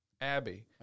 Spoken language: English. Abby